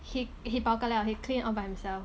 he he bao ka liao he clean all by himself